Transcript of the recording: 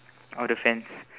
on the fence